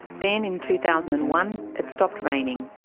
then, in two thousand and one, it stopped raining.